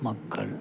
മക്കൾ